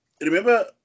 remember